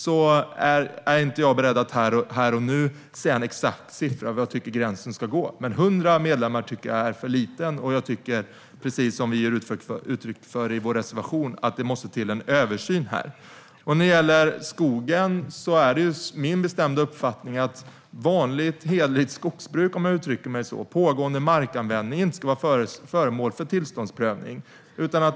Jag är inte beredd att här och nu säga en exakt siffra i fråga om var jag tycker att gränsen ska gå. Men 100 medlemmar tycker jag är för lite. Jag tycker, precis som vi ger uttryck för i vår reservation, att det måste till en översyn. När det gäller skogen är det min bestämda uppfattning att vanligt hederligt skogsbruk, om jag uttrycker mig så, och pågående markanvändning inte ska vara föremål för tillståndsprövning.